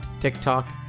TikTok